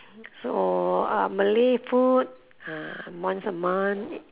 so uh malay food once a month